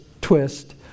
twist